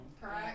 Correct